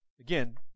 Again